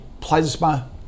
plasma